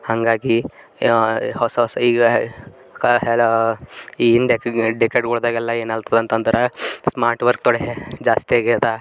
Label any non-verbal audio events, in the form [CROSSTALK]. ಹಾಗಾಗಿ ಹೊಸ ಹೊಸ ಈಗ [UNINTELLIGIBLE] ಈ ಹಿಂದೆ [UNINTELLIGIBLE] ಹೋದಾಗೆಲ್ಲ ಏನಾಯ್ತದಂತಂದ್ರೆ ಸ್ಮಾರ್ಟ್ ವರ್ಕ್ ಥೊಡೆ ಜಾಸ್ತಿ ಆಗ್ಯದ